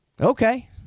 Okay